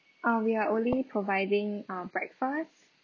um we are only providing uh breakfast